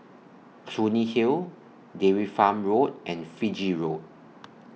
Clunny Hill Dairy Farm Road and Fiji Road